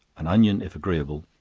an onion, if agreeable,